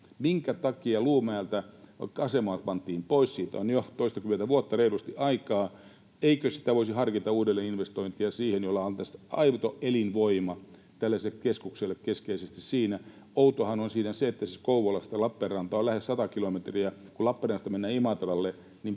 Minkä takia Luumäeltä asema pantiin pois? Siitä on jo reilusti toistakymmentä vuotta aikaa. Eikö voisi harkita uudelleen investointeja siihen, jossa on aito elinvoima tällaiselle keskukselle keskeisesti? Outoahan siinä on se, että siis Kouvolasta Lappeenrantaan on lähes sata kilometriä. Kun Lappeenrannasta mennään Imatralle,